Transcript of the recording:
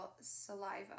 saliva